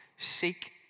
Seek